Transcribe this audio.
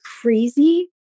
crazy